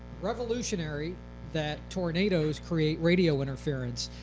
revolutionary that tornadoes create radio interference.